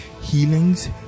healings